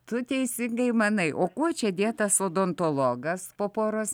tu teisingai manai o kuo čia dėtas odontologas po poros